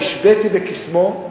נשביתי בקסמו.